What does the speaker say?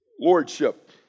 lordship